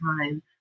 time